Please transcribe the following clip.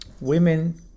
women